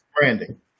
branding